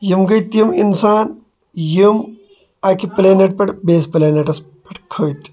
یِم گٔیے تِم اِنسان یِم اَکہِ پِلینیٹ پٮ۪ٹھ بیٚیِس پِلینیٹس پٮ۪ٹھ کھٔتۍ